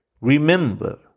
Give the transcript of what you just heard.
Remember